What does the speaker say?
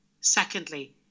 secondly